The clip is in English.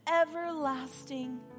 everlasting